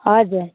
हजुर